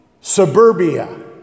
suburbia